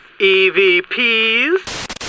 EVPs